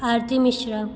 Aarti Mishra